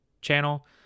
channel